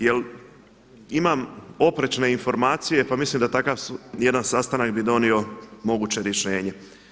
Jer imam oprečne informacije pa mislim da takav jedan sastanak bi donio moguće rješenje.